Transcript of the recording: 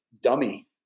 dummy